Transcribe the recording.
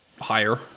Higher